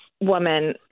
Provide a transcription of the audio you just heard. woman